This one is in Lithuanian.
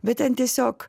bet ten tiesiog